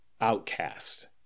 outcast